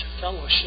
fellowship